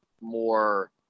more